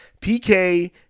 PK